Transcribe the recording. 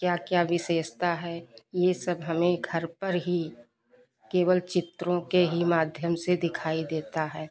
क्या क्या विशेषता है यह सब हमें घर पर ही केवल चित्रों के ही माध्यम से दिखाई देता है